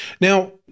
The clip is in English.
Now